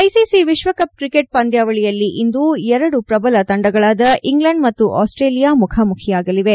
ICC ವಿಶ್ವ cup cricket ಪಂದ್ಯಾವಳಿಯಲ್ಲಿ ಇಂದು ಎರಡು ಪ್ರಭಲ ತಂಡಗಳಾದ ಇಂಗ್ಲೆಂಡ್ ಮತ್ತು ಆಸ್ಟ್ರೇಲಿಯ ಮುಖಾಮುಖಿಯಾಗಲಿವೆ